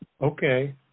Okay